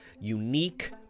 unique